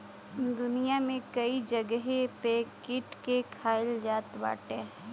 दुनिया में कई जगही पे कीट के खाईल जात बाटे